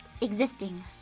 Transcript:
existing